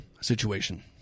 situation